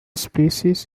species